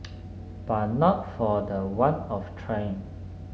but not for the want of trying